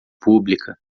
pública